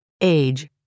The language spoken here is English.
age